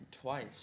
twice